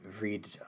read